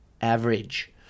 average